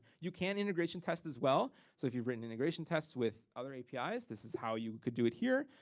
you can integration test as well. so if you've written integration tests with other apis, this this is how you could do it here.